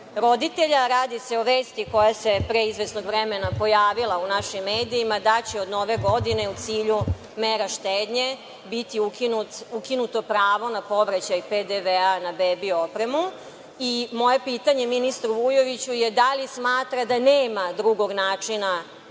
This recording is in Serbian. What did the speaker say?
roditelja, a radi se o vesti koja se pre izvesnog vremena pojavila u našim medijima, da će od nove godine u cilju mera štednje biti ukinuto pravo na povraćaj PDV na bebi opremu. Moje pitanje ministru Vujoviću je da li smatra da nema drugog načina